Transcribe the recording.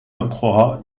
entrera